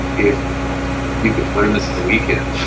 if you can learn this in a weekend,